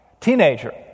teenager